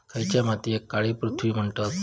खयच्या मातीयेक काळी पृथ्वी म्हणतत?